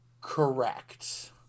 Correct